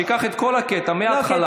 שייקח את כל הקטע מההתחלה,